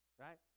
Right